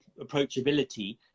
approachability